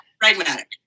Pragmatic